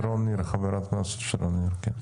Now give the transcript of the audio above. חברת הכנסת שרון ניר, בבקשה.